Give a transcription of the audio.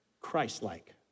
Christ-like